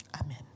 Amen